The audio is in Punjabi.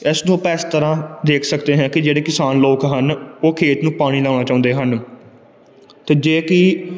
ਇਸ ਨੂੰ ਆਪਾਂ ਇਸ ਤਰ੍ਹਾਂ ਦੇਖ ਸਕਦੇ ਹੈ ਕਿ ਜਿਹੜੇ ਕਿਸਾਨ ਲੋਕ ਹਨ ਉਹ ਖੇਤ ਨੂੰ ਪਾਣੀ ਲਾਉਣਾ ਚਾਹੁੰਦੇ ਹਨ ਅਤੇ ਜੇ ਕੀ